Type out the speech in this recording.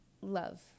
love